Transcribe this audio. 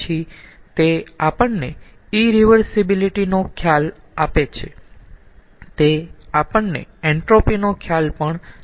પછી તે આપણને ઈરીવર્સીબીલીટી નો ખ્યાલ આપે છે તે આપણને એન્ટ્રોપી નો ખ્યાલ પણ આપે છે